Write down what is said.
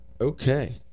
Okay